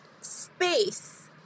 space